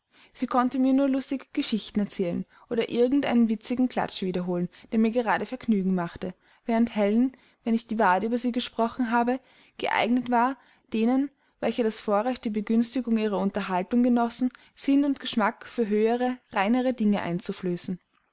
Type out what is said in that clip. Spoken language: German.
sie konnte mir nur lustige geschichten erzählen oder irgend einen witzigen klatsch wiederholen der mir gerade vergnügen machte während helen wenn ich die wahrheit über sie gesprochen habe geeignet war denen welche das vorrecht die begünstigung ihrer unterhaltung genossen sinn und geschmack für höhere reinere dinge einzuflößen